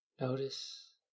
Notice